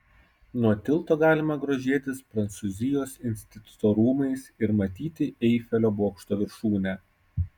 nuo tilto galima grožėtis prancūzijos instituto rūmais ir matyti eifelio bokšto viršūnę